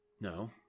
No